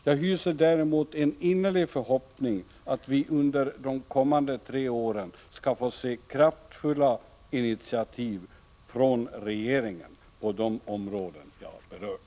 Jag hyser däremot en innerlig förhoppning att vi under de kommande tre åren skall få se kraftfulla initiativ från regeringen på de områden jag berört.